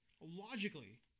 logically